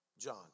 John